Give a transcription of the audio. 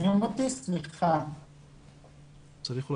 אני רוצה לומר